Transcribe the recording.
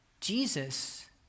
Jesus